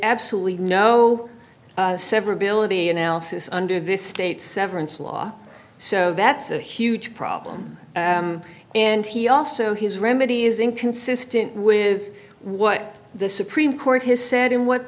absolutely no severability analysis under this state's severance law so that's a huge problem and he also his remedy is inconsistent with what the supreme court has said and what